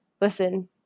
listen